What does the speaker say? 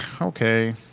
Okay